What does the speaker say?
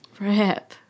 RIP